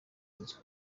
nzu